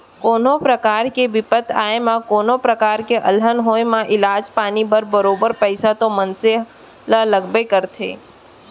कोनो परकार के बिपत आए म कोनों प्रकार के अलहन होय म इलाज पानी बर बरोबर पइसा तो मनसे ल लगबे करथे